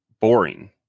boring